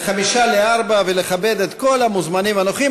ב-15:55 ולכבד את כל המוזמנים הנוכחים.